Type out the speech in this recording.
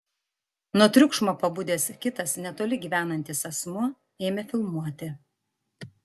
nuo triukšmo pabudęs kitas netoli gyvenantis asmuo ėmė filmuoti